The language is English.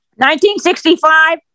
1965